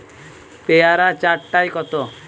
পেয়ারা চার টায় কত?